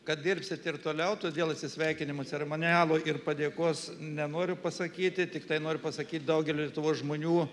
kad dirbsit ir toliau todėl atsisveikinimo ceremonialo ir padėkos nenoriu pasakyti tiktai noriu pasakyt daugeliui lietuvos žmonių